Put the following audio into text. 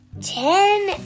Ten